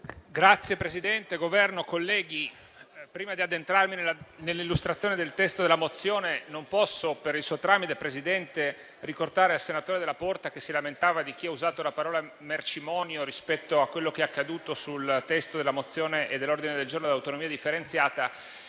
rappresentante del Governo, colleghi, prima di addentrarmi nell'illustrazione del testo della mozione, non posso per il tramite della Presidenza non ricordare al senatore Della Porta, che si lamentava di chi ha usato la parola mercimonio rispetto a quello che è accaduto sul testo della mozione e dell'ordine del giorno dell'autonomia differenziata,